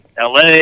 la